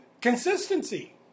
consistency